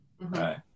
Right